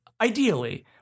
ideally